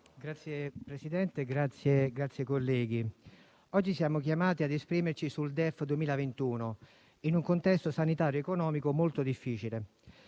Signor Presidente, onorevoli colleghi, oggi siamo chiamati ad esprimerci sul DEF 2021, in un contesto sanitario ed economico molto difficile.